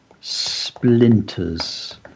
splinters